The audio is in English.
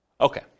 Okay